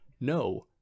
no